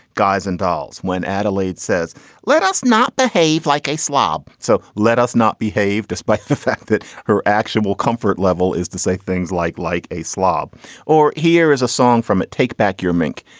guys and dolls, when adelaide says let us not behave like a slob. so let us not behave despite the fact that her actual comfort level is to say things like like a slob or. here is a song from it. take back your mink.